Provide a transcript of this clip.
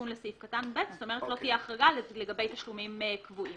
אומרת ,לא תהיה החרגה לגבי תשלומים קבועים.